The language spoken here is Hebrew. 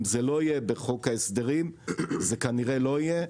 אם זה לא יהיה בחוק ההסדרים זה כנראה לא יהיה,